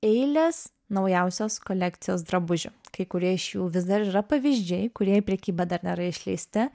eilės naujausios kolekcijos drabužių kai kurie iš jų vis dar yra pavyzdžiai kurie į prekybą dar nėra išleisti